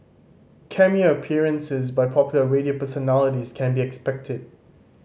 cameo appearances by popular radio personalities can be expected